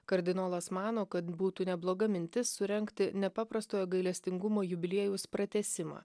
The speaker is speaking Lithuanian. kardinolas mano kad būtų nebloga mintis surengti nepaprastojo gailestingumo jubiliejaus pratęsimą